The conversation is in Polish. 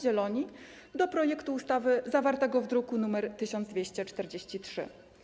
Zieloni odnośnie do projektu ustawy zawartego w druku nr 1243.